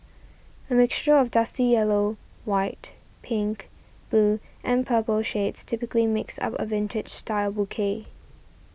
a mixture of dusty yellow white pink blue and purple shades typically makes up a vintage style bouquet